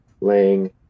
laying